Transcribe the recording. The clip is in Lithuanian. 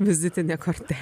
vizitinė kortelė